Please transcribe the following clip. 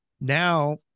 Now